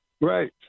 Right